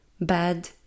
bad